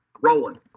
rolling